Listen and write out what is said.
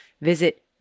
visit